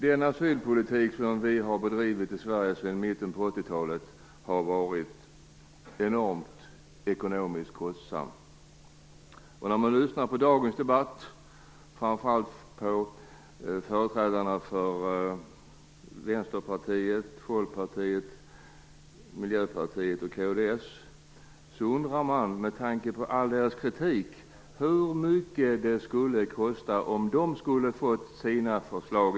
Den asylpolitik som vi har bedrivit i Sverige sedan mitten på 80-talet har varit enormt ekonomiskt kostsam. När man lyssnar på dagens debatt, framför allt på företrädarna för Vänsterpartiet, Folkpartiet, Miljöpartiet och Kristdemokraterna, undrar man med tanke på all deras kritik hur mycket det skulle kosta om de fick igenom sina förslag.